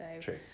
True